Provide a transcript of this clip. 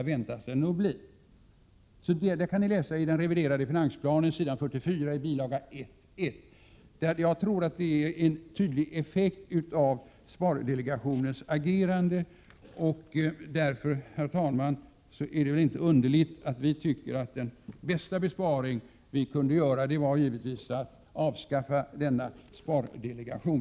Detta kan ni läsa i den reviderade finansplanen, s. 44 i bilaga 1. Jag tror att detta minskade sparande är en effekt av spardelegationens agerande. Därför, herr talman, är det inte underligt att vi tycker att den bästa besparing som kan göras är att avskaffa denna spardelegation.